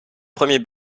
premier